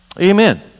Amen